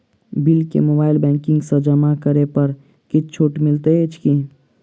Bill केँ mobile banking सँ जमा करै पर किछ छुटो मिलैत अछि की?